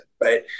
Right